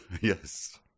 Yes